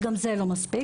שגם זה לא מספיק,